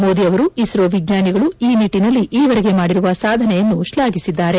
ಮೋದಿ ಅವರು ಇಸ್ರೋ ವಿಜ್ವಾನಿಗಳು ಈ ನಿಟ್ಟಿನಲ್ಲಿ ಈವರೆಗೆ ಮಾಡಿರುವ ಸಾಧನೆಯನ್ನು ಶ್ಲಾಘಿಸಿದ್ದಾರೆ